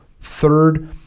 Third